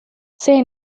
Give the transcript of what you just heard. see